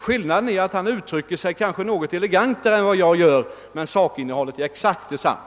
Möjligen uttrycker sig statsministern något elegantare än jag gör, men innehållet är exakt detsamma.